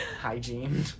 hygiene